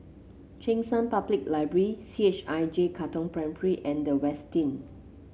Cheng San Public Library C H I J Katong Primary and The Westin